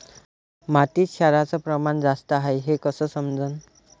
मातीत क्षाराचं प्रमान जास्त हाये हे कस समजन?